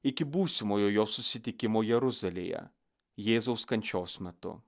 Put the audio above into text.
iki būsimojo jo susitikimo jeruzalėje jėzaus kančios metu